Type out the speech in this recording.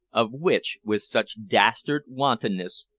of which, with such dastard wantonness,